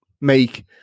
make